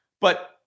but-